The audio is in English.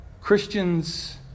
Christians